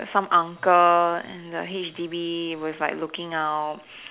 there's some uncle and the h_d_b with like looking out